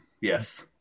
Yes